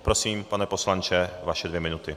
Prosím, pane poslanče, vaše dvě minuty.